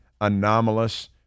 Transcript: anomalous